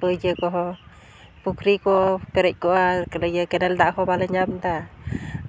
ᱯᱟᱹᱭᱠᱟᱹ ᱠᱚᱦᱚᱸ ᱯᱩᱠᱷᱨᱤ ᱠᱚ ᱯᱮᱨᱮᱡ ᱠᱚᱜᱼᱟ ᱜᱟᱹᱰᱭᱟᱹ ᱠᱮᱱᱮᱞ ᱫᱟᱜ ᱦᱚᱸ ᱵᱟᱞᱮ ᱧᱟᱢᱫᱟ